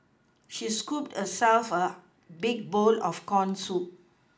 she scooped herself a big bowl of corn soup